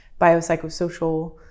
biopsychosocial